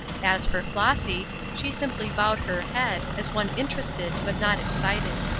as for flossy, she simply bowed her head, as one interested but not excited.